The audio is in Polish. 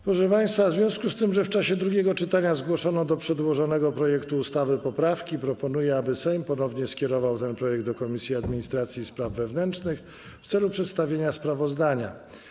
Proszę państwa, w związku z tym, że w czasie drugiego czytania zgłoszono do przedłożonego projektu ustawy poprawki, proponuję, aby Sejm ponownie skierował ten projekt do Komisji Administracji i Spraw Wewnętrznych w celu przedstawienia sprawozdania.